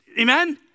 Amen